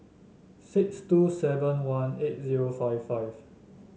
six two seven one eight zero five five